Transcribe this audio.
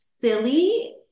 silly